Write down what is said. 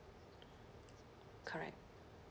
correct